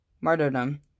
martyrdom